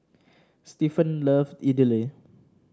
Stephon love Idili